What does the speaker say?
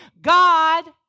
God